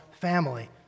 family